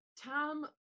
Tom